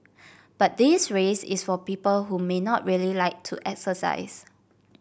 but this race is for people who may not really like to exercise